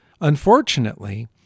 Unfortunately